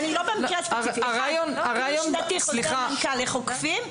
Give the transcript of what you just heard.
טיול שנתי, חוזר מנכ"ל איך אוכפים.